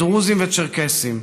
דרוזים וצ'רקסים,